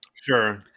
sure